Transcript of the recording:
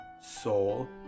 soul